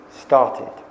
started